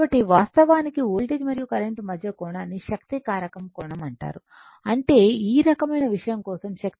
కాబట్టి వాస్తవానికి వోల్టేజ్ మరియు కరెంట్ మధ్య కోణాన్ని శక్తి కారకం కోణం అంటారు అంటే ఈ రకమైన విషయం కోసం శక్తి కారకం cos